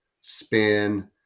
spin